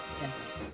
yes